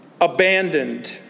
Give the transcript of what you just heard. abandoned